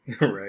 right